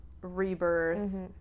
rebirth